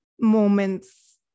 moments